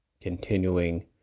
continuing